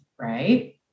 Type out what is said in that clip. right